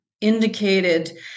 indicated